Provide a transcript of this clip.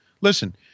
Listen